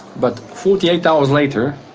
but forty eight hours later,